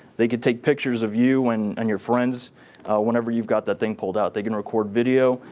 they could take pictures of you and and your friends whenever you've got that thing pulled out. they can record video.